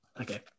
okay